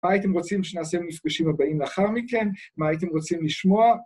מה הייתם רוצים שנעשה במפגשים הבאים לאחר מכן? מה הייתם רוצים לשמוע?